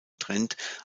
trend